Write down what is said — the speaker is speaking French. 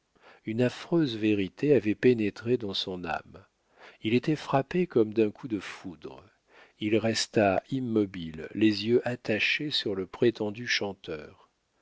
une affreuse vérité avait pénétré dans son âme il était frappé comme d'un coup de foudre il resta immobile les yeux attachés sur le prétendu chanteur